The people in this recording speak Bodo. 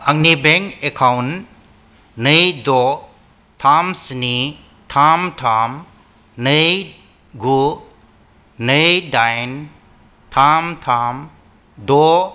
आंनि बेंक एकाउन्ट नै द' थाम स्नि थाम थाम नै गु नै दाइन थाम थाम द'